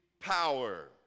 power